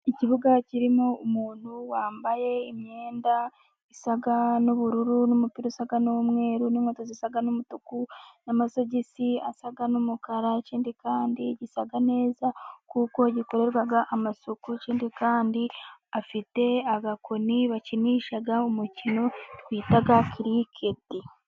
Ikibuga kirimo umuntu wambaye imyenda isa n'ubururu n'umupira usa n'umweru n'inkweto zisa n'umutuku n'amasogisi asa n'umukara, ikindi kandi gisa neza kuko gikorerwa amasuku ikindi kandi afite agakoni bakinisha umukino twita kiriketi.